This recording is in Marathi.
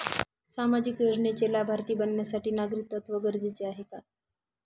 सामाजिक योजनेचे लाभार्थी बनण्यासाठी नागरिकत्व गरजेचे आहे का?